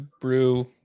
brew